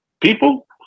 People